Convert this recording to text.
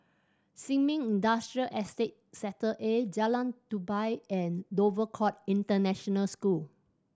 Sin Ming Industrial Estate Sector A Jalan Tupai and Dover Court International School